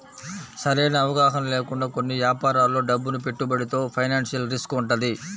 సరైన అవగాహన లేకుండా కొన్ని యాపారాల్లో డబ్బును పెట్టుబడితో ఫైనాన్షియల్ రిస్క్ వుంటది